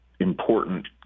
important